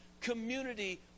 community